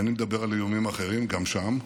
ואיני מדבר על איומים אחרים גם שם.